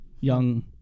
Young